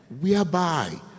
Whereby